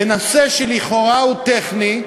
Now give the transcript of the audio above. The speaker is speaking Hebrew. בנושא שהוא לכאורה טכני,